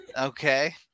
Okay